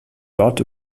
dort